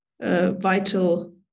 vital